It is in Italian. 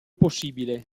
possibile